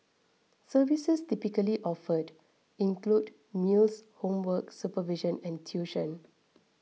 services typically offered include meals homework supervision and tuition